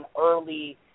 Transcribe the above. early